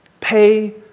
pay